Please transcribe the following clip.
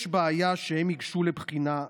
יש בעיה שהם ייגשו לבחינה,